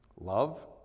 love